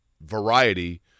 variety